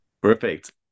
Perfect